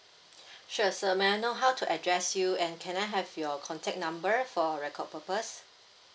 sure sir may I know how to address you and can I have your contact number for record purpose